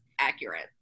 accurate